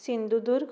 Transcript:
Sindhudurg